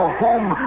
home